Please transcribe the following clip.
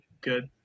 good